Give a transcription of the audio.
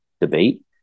debate